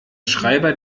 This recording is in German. schreiber